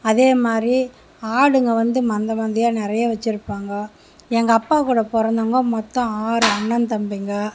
அதே மாதிரி ஆடுங்க வந்து மந்தை மந்தயாக நிறைய வச்சியிருப்பாங்க எங்கள் அப்பா கூட பிறந்தவுங்க மொத்தம் ஆறு அண்ணன் தம்பிங்க